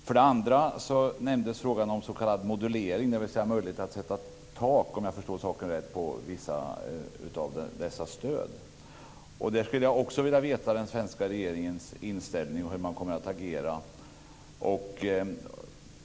För det andra nämndes frågan om s.k. modulering, dvs. om jag förstått det rätt möjligheten att sätta tak på vissa stöd. Där skulle jag också vilja veta den svenska regeringens inställning och hur man kommer att agera.